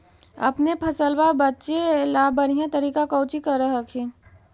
अपने फसलबा बचे ला बढ़िया तरीका कौची कर हखिन?